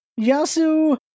Yasu